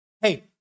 Hey